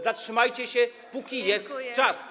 Zatrzymajcie się, póki jest czas.